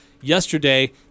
yesterday